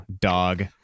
dog